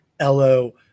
LO